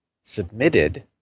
submitted